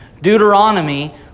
Deuteronomy